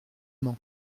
mans